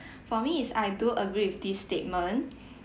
for me is I do agree with this statement